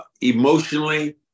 emotionally